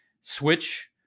switch